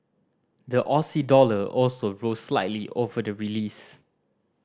the Aussie dollar also rose slightly over the release